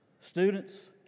Students